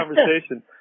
conversation